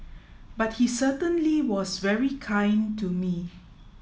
but he certainly was very kind to me